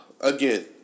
Again